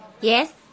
Yes